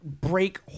break